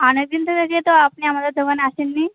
অনেক দিন থেকে যেহেতু আপনি আমাদের দোকানে আসেন নি